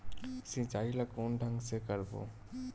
सिंचाई ल कोन ढंग से करबो?